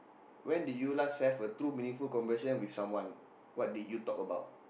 when did you last have a two meaningful conversation with someone what did you talk about